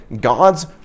God's